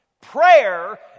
Prayer